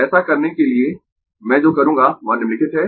ऐसा करने के लिए मैं जो करूँगा वह निम्नलिखित है